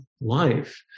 life